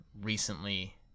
recently